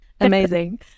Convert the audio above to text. Amazing